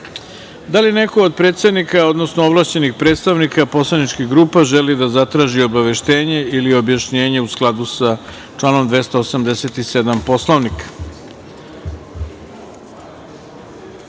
li neko od predsednika, odnosno ovlašćenih predstavnika poslaničkih grupa želi da zatraži objašnjenje ili obaveštenje u skladu sa članom 287. Poslovnika? Pošto